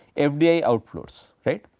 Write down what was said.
ah fdi outflows right.